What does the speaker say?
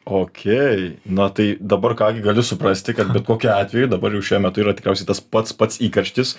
okey na tai dabar ką gi gali suprasti kad bet kokiu atveju dabar jau šiuo metu yra jau tikriausiai pats pats įkarštis